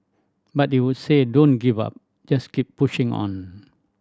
but they would say don't give up just keep pushing on